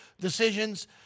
decisions